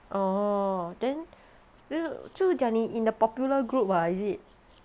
orh then then 就讲你 in the popular group [what] is it